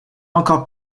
encore